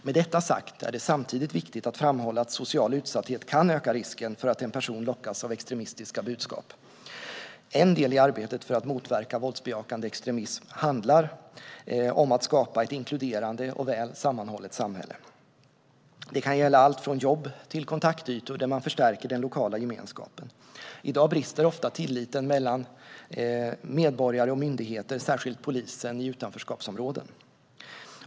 Med detta sagt är det samtidigt viktigt att framhålla att social utsatthet kan öka risken för att en person lockas av extremistiska budskap. En del i arbetet för att motverka våldsbejakande extremism handlar om att skapa ett inkluderande och väl sammanhållet samhälle. Det kan gälla allt från jobb till kontaktytor där man förstärker den lokala gemenskapen. I dag brister ofta tilliten mellan medborgare och myndigheter, särskilt polisen, i utanförskapsområden.